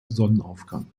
sonnenaufgang